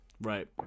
right